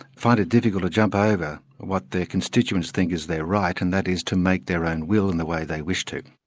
find it difficult to jump over what their constituents think is their right and that is to make their own will in the way they wish to.